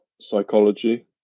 psychology